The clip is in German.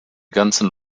ganzen